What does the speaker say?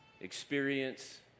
experience